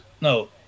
no